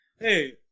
Hey